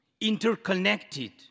interconnected